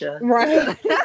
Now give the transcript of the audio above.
Right